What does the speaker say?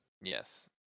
Yes